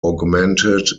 augmented